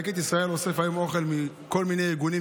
לקט ישראל אוסף היום אוכל מכל מיני ארגונים,